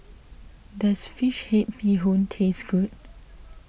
does Fish Head Bee Hoon taste good